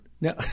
No